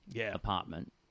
apartment